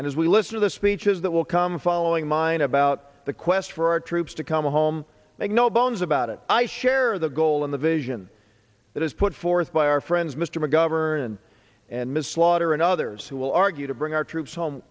and as we listen to the speeches that will come following mine about the quest for our troops to come home make no bones about it i share the goal in the vision that is put forth by our friends mr mcgovern and ms slaughter and others who will argue to bring our troops home